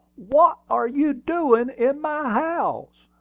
what are you a-doin' in my house?